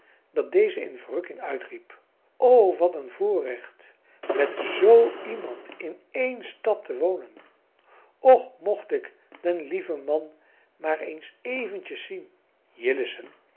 dat deze in verrukking uitriep o wat een voorrecht met z iemand in één stad te wonen och mocht ik den lieven man maar eens eventjes zien jillessen